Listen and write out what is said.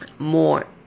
more